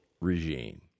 regime